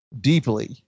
deeply